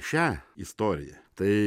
šią istoriją tai